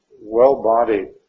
well-bodied